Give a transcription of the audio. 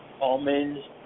Almonds